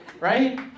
Right